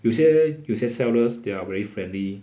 有些有些 sellers they are very friendly